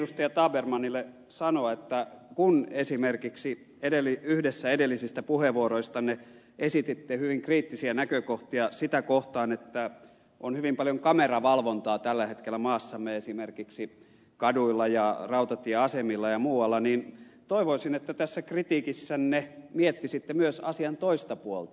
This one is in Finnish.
tabermannille sanoa että kun esimerkiksi yhdessä edellisistä puheenvuoroistanne esititte hyvin kriittisiä näkökohtia sitä kohtaan että on hyvin paljon kameravalvontaa tällä hetkellä maassamme esimerkiksi kaduilla ja rautatieasemilla ja muualla niin toivoisin että tässä kritiikissänne miettisitte myös asian toista puolta